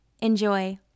Enjoy